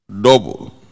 Double